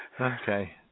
Okay